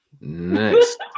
Next